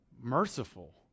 merciful